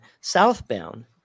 southbound